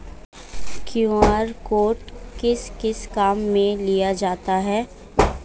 QR code किस किस काम में लिया जाता है?